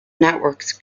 networks